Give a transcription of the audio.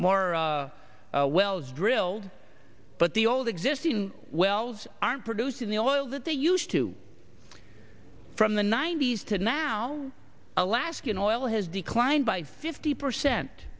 more wells drilled but the old existing wells aren't producing the oil that they used to from the ninety's to now alaskan oil has declined by fifty percent